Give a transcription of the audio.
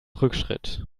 rückschritt